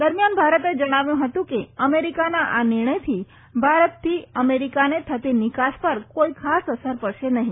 દરમ્યાન ભારતે જણાવ્યું હતું કે અમેરિકાના આ નિર્ણયથી ભારતથી અમેરિકાને થતી નિકાસ પર કોઈ ખાસ અસર પડશે નહી